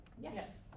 Yes